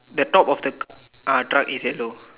the top of the ah truck is yellow